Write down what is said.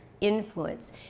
influence